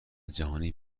جهانی